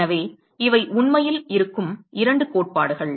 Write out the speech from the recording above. எனவே இவை உண்மையில் இருக்கும் 2 கோட்பாடுகள்